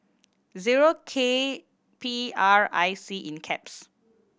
zero K P R I C